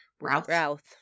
routh